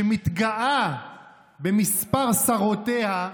שמתגאה במספר שרותיה,